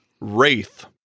Wraith